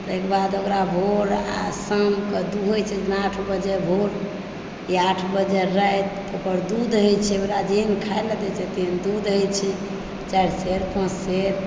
ताहिके बाद ओकरा भोर आ साँझ कऽ दुहै छै जेना आठ बजे भोर या आठ बजे राति ओकर दूध होइत छै ओकरा जेहन खाए ला दै छियै तेहन दूध होइत छै चारि सेर पाँच सेर